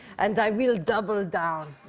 and i will double down,